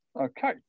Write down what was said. Okay